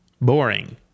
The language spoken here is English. boring